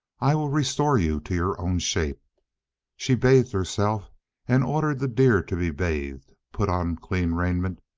i will restore you to your own shape she bathed herself and ordered the deer to be bathed, put on clean raiment,